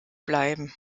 bleiben